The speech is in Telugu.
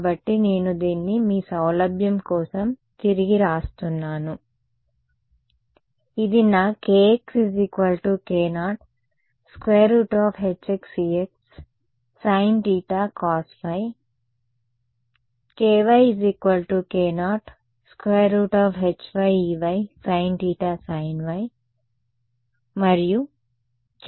కాబట్టి నేను దీన్ని మీ సౌలభ్యం కోసం తిరిగి వ్రాస్తున్నాను ఇది నా kxk0hxex sin cos∅ kyk0hyeysinθ sin∅ మరియు kzk0hzezcos